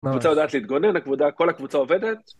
‫הקבוצה יודעת להתגונן, ‫הקבוצה, כל הקבוצה עובדת.